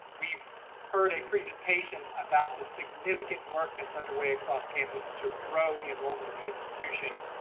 we've heard a presentation about the significant work that's underway across campus to grow the enrollment of the institution,